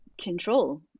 control